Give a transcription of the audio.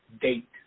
Date